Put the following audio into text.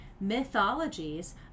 mythologies